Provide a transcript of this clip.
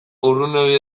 urrunegi